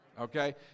Okay